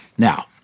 Now